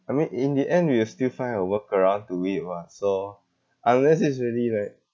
I mean in the end we will still find a workaround to it [what] so unless it's really like